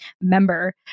member